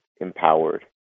empowered